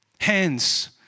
hands